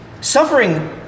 Suffering